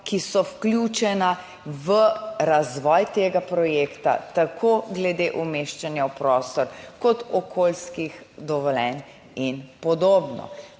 ki so vključena v razvoj tega projekta, tako glede umeščanja v prostor kot okoljskih dovoljenj in podobno.